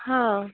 हां